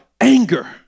Anger